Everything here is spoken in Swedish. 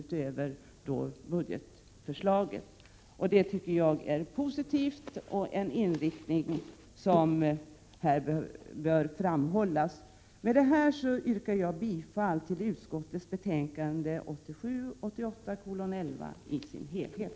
utöver budgetförslaget. Jag tycker att detta är positivt och menar att vi bör hålla på att vi skall ha en sådan inriktning. Med det anförda yrkar jag bifall till utskottets hemställan i betänkande 1987/88:11 i dess helhet.